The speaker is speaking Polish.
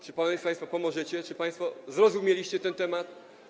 Czy państwo pomożecie, czy państwo zrozumieliście ten temat?